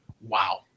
Wow